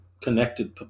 connected